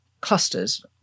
clusters